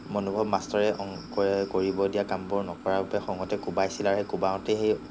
অনুভৱ মাষ্টৰে অংকয়ে কৰিব দিয়া কামবোৰ নকৰাৰ বাবে খঙতে কোবাইছিল আৰু সেই কোবাওঁতে সেই